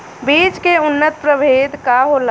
बीज के उन्नत प्रभेद का होला?